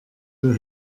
wir